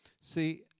See